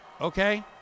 okay